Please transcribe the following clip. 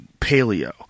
paleo